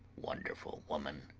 wonderful woman!